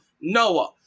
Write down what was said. Noah